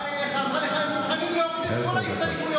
באה אליך ואמרה לך: הם מוכנים להוריד את כל ההסתייגויות,